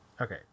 Okay